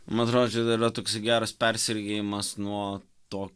man atrodo čia dar yra toksai geras persergėjimas nuo to